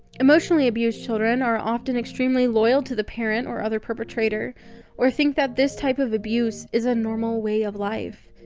emotionally abused children are often extremely loyal to the parent or other perpetrator or think that this type of abuse is a normal way of life.